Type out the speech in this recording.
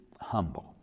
humble